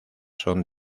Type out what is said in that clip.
son